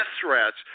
threats